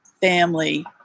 Family